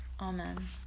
Amen